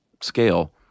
scale